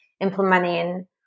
implementing